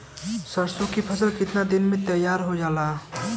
सरसों की फसल कितने दिन में तैयार हो जाला?